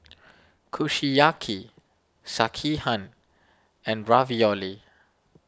Kushiyaki Sekihan and Ravioli